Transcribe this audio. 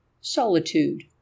Solitude